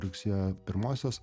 rugsėjo pirmosios